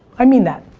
i mean that.